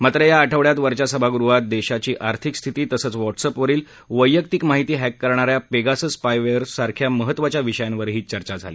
मात्र या आठवड्यात वरच्या सभागृहात देशाची आर्थिक स्थिती तसंच व्हॉट्सअॅप वरील वैयक्तिक माहिती हॅक करणा या पेगासस स्पायवेअरसारख्या महत्वाच्या विषयांवरही चर्चा झाली